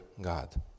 God